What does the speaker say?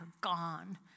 gone